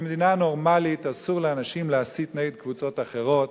במדינה נורמלית אסור לאנשים להסית נגד קבוצות אחרות,